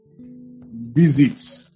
visits